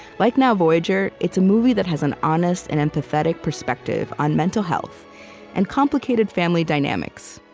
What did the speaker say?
like now, voyager, it's a movie that has an honest and empathetic perspective on mental health and complicated family dynamics,